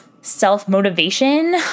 self-motivation